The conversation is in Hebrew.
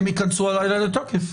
כן ייכנסו הלילה לתוקף,